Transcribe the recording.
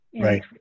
Right